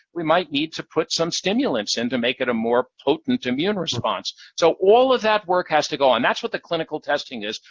we might need to put some stimulants in to make it a more potent immune response. so all of that work has to go on. that's what the clinical testing is.